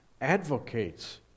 advocates